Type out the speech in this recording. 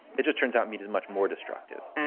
it just turns out meat is much more destructive.